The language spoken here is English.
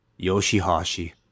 Yoshihashi